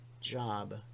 job